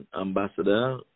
Ambassador